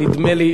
נדמה לי,